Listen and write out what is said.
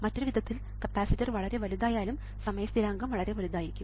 മറ്റൊരു വിധത്തിൽ കപ്പാസിറ്റർ വളരെ വലുതായാലും സമയ സ്ഥിരാങ്കം വളരെ വലുതായിരിക്കും